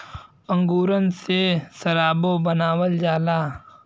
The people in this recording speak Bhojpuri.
अंगूरन से सराबो बनावल जाला